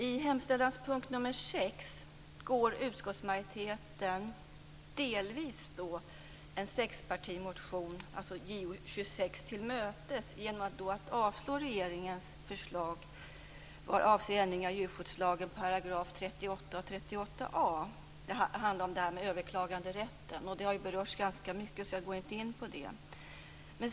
I fråga om hemställanspunkt nr 6 går utskottsmajoriteten delvis en sexpartimotion, 1997/98:Jo26, till mötes i och med att man avstyrker regeringens förslag avseende ändring av §§ 38 och 38 a i djurskyddslagen. Det handlar om överklaganderätten, en fråga som berörts ganska mycket. Därför går jag inte in på den saken.